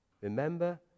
Remember